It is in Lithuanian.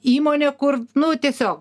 įmonė kur nu tiesiog